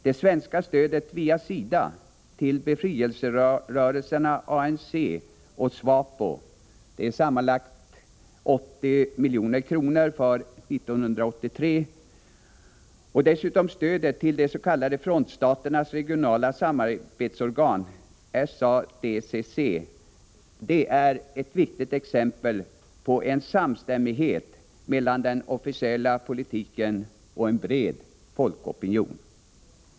Det svenska stödet, via SIDA till befrielserörelserna ANC och SWAPO — sammanlagt 80 milj.kr. för 1983 — och stödet till de s.k. frontstaternas regionala samarbetsorgan SADCC, är ett viktigt exempel på en samstämmighet mellan den officiella politiken och en bred folkopinion.